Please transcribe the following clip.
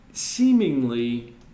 seemingly